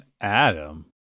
Adam